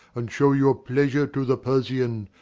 and shew your pleasure to the persian,